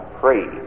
free